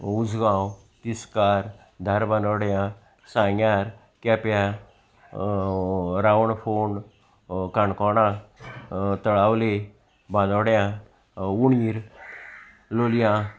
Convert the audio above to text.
उसगांव तिस्कार धारबानोड्यां सांग्यार केप्यां रावण फोण काणकोणा तळावले बानोड्यां उणीर लोलयां